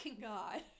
God